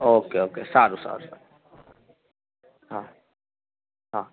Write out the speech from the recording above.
okay okay સારું સારું હા હા